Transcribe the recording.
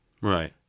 right